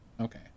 Okay